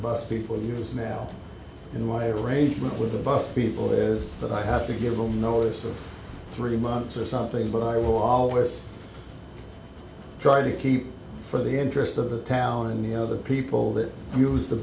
years now and why arrangement with the bus people is that i have to give them notice of three months or something but i will always try to keep for the interest of the town and the other people that use the